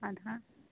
ادٕ حظ